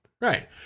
Right